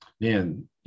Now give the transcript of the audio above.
man